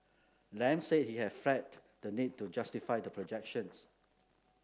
Lam said he had flagged the need to justify the projections